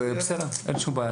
בסדר, אין שום בעיה.